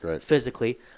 physically